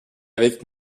avec